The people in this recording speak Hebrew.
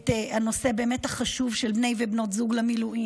את הנושא החשוב באמת של בני ובנות זוג במילואים,